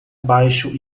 baixo